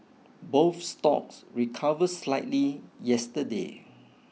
both stocks recover slightly yesterday